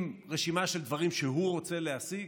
עם רשימה של דברים שהוא רוצה להשיג,